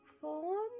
form